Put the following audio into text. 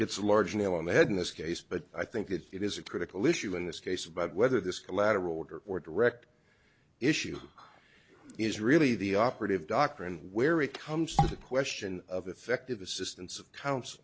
hits large nail on the head in this case but i think that it is a critical issue in this case about whether this collateral order or direct issue is really the operative doctrine where it comes to the question of effective assistance of coun